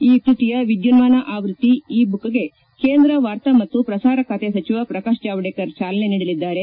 ಈ ಕೃತಿಯ ವಿದ್ಯುನ್ಮಾನ ಆವೃತ್ತಿಗೆ ಇ ಬುಕ್ ಕೇಂದ್ರ ವಾರ್ತಾ ಮತ್ತು ಪ್ರಸಾರ ಸಚಿವ ಪ್ರಕಾಶ್ ಜಾವಡೇಕರ್ ಚಾಲನೆ ನೀಡಲಿದ್ದಾರೆ